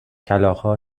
کلاغها